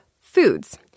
foods